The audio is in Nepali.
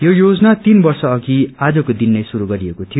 यो योजना तीन वर्ष अघि आजको दिननै श्रुस गरिएको थियो